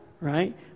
right